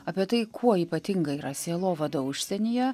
apie tai kuo ypatinga yra sielovada užsienyje